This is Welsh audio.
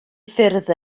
ffyrdd